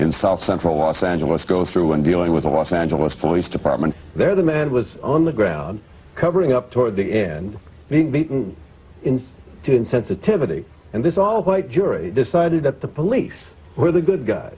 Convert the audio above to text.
in south central los angeles go through in dealing with the los angeles police department there the man was on the ground covering up toward the end in two insensitivity and it all white jury decided at the police where the good guy